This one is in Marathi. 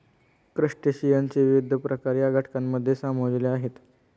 क्रस्टेशियनचे विविध प्रकार या गटांमध्ये सामावलेले आहेत